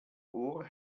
ohr